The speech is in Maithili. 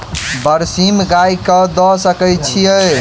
बरसीम गाय कऽ दऽ सकय छीयै?